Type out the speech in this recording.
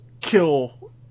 kill